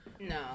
No